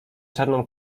czarną